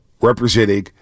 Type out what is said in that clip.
representing